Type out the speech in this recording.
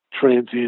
transient